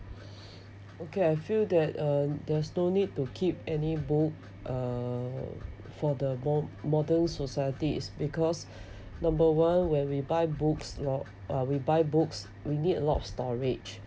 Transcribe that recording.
okay I feel that uh there's no need to keep any book uh for the mo~ modern society is because number one when we buy books lot uh we buy books we need a lot of storage